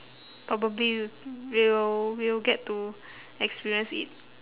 probably we'll we'll get to experience it